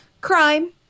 crime